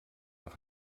nach